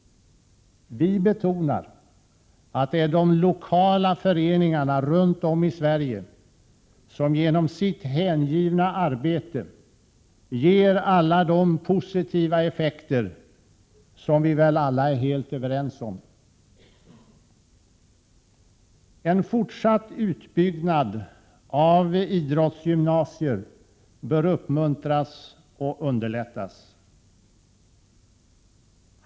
Vi betonar att det är de lokala föreningarna runt om i Sverige som genom sitt hängivna arbete åstadkommer alla de positiva effekter som vi väl alla är helt överens om. En fortsatt utbyggnad av idrottsgymnasier bör uppmuntras och underlättas.